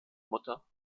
mutter